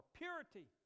purity